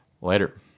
Later